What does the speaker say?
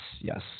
yes